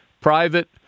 private